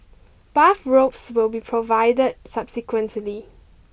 bathrobes will be provided subsequently